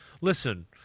Listen